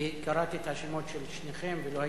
כי קראתי את השמות של שניכם ולא הייתם,